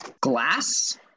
Glass